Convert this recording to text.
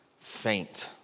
faint